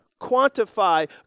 quantify